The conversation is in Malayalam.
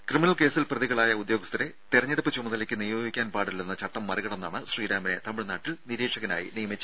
ക്രിമിനൽ കേസിൽ പ്രതികളായ ഉദ്യോഗസ്ഥരെ തെരഞ്ഞെടുപ്പ് ചുമതലയ്ക്ക് നിയോഗിക്കാൻ പാടില്ലെന്ന ചട്ടം മറികടന്നാണ് ശ്രീറാമിനെ തമിഴ്നാട്ടിൽ നിരീക്ഷകനായി നിയമിച്ചത്